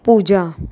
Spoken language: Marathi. पूजा